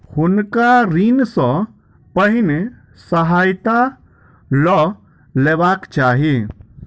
हुनका ऋण सॅ पहिने सहायता लअ लेबाक चाही